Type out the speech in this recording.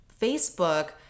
Facebook